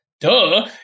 duh